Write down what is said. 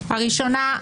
הראשונה,